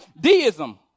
Deism